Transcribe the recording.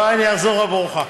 לא, אני אחזור עבורך.